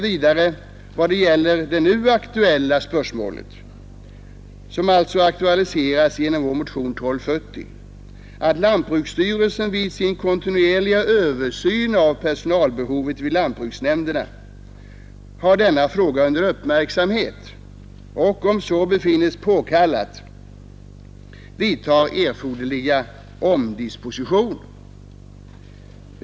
Vad gäller det nu aktuella spörsmålet”, som alltså aktualiseras genom motionen 1240, ”utgår utskottet från att lantbruksstyrelsen vid sin kontinuerliga översyn av personalbehovet vid lantbruksnämnderna har denna fråga under uppmärksamhet och, om så befinns påkallat, vidtar erforderliga omdispositioner.